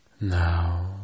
Now